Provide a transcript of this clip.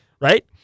right